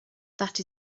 that